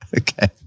Okay